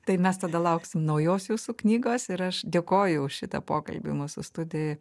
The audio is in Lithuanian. tai mes tada lauksim naujos jūsų knygos ir aš dėkoju už šitą pokalbį mūsų studijoj